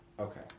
Okay